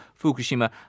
Fukushima